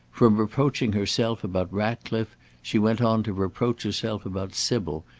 from reproaching herself about ratcliffe she went on to reproach herself about sybil,